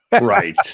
Right